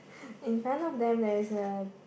in front of them there is a